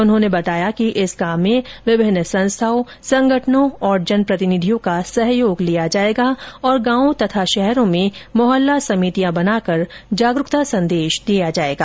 उन्होंने बताया कि इस काम में विभिन्न संस्थाओं संगठनों और जन प्रतिनिधियों का सहयोग लिया जाएगा और गांवों और शहरों में मोहल्ला समितियां बनाकर जागरूकता संदेश दिया जाएगा